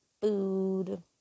food